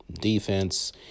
defense